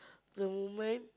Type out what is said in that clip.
the woman